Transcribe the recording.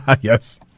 Yes